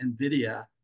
nvidia